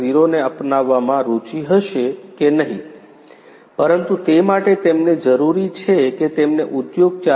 0 ને અપનાવવામાં રુચિ હશે કે નહીં પરંતુ તે માટે તેમને જરૂરી છે કે તેમને ઉદ્યોગ 4